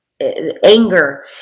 anger